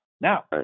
Now